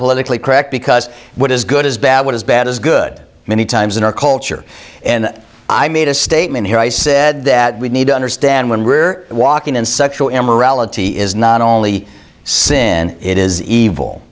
politically correct because what is good as bad as bad as good many times in our culture and i made a statement here i said that we need to understand when we're walking in sexual immorality is not only sin it is evil